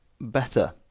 better